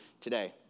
today